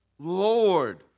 Lord